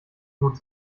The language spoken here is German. gut